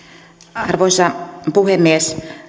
arvoisa puhemies